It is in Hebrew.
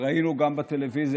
ראינו גם בטלוויזיה,